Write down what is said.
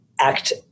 act